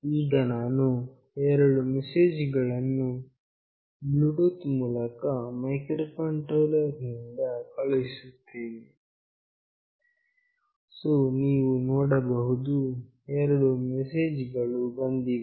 ಈಗ ನಾನು ಎರಡು ಮೆಸೇಜ್ ಗಳನ್ನು ಬ್ಲೂಟೂತ್ ಮೂಲಕ ಮೈಕ್ರೋಕಂಟ್ರೋಲರ್ ನಿಂದ ಕಳುಹಿಸುತ್ತೇನೆ ಸೋ ನೀವು ನೋಡಬಹುದು ಎರಡು ಮೆಸೇಜ್ ಗಳು ಬಂದಿವೆ